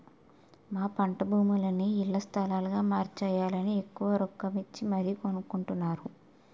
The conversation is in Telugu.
మా పంటభూములని ఇళ్ల స్థలాలుగా మార్చేయాలని ఎక్కువ రొక్కమిచ్చి మరీ కొనుక్కొంటున్నారు